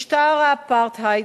משטר האפרטהייד,